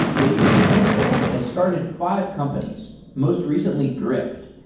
david cancel has started five companies, most recently drift.